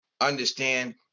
understand